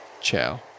ciao